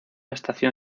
estación